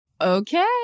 Okay